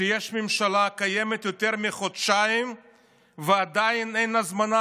שיש ממשלה שקיימת יותר מחודשיים ועדיין אין הזמנה